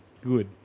Good